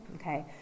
Okay